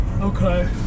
Okay